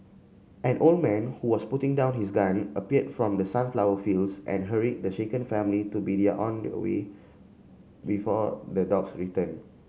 an old man who was putting down his gun appeared from the sunflower fields and hurried the shaken family to be on their way before the dogs return